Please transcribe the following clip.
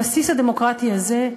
הבסיס הדמוקרטי הזה,